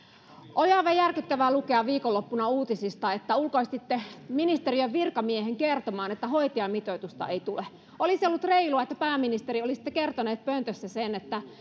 oli aivan järkyttävää lukea viikonloppuna uutisista että ulkoistitte ministeriön virkamiehen kertomaan että hoitajamitoitusta ei tule olisi ollut reilua pääministeri että olisitte kertonut pöntössä sen että